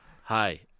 Hi